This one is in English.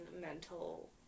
mental